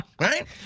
Right